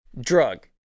drug